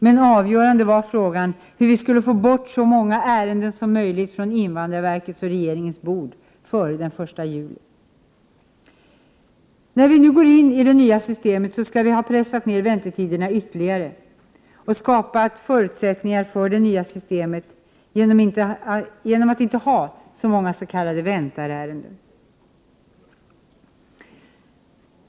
Men avgörande var frågan hur vi skulle kunna få bort så många ärenden som möjligt från invandrarverkets och regeringens bord före den 1 juli. När vi går in i det nya systemet skall vi ha pressat ned väntetiderna ytterligare och ha skapat förutsättningar för det nya systemet genom att inte ha så många s.k. väntarärenden.